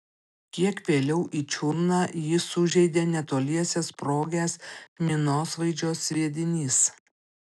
kiek vėliau į čiurną jį sužeidė netoliese sprogęs minosvaidžio sviedinys